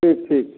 ठीक ठीक